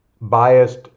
biased